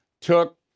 took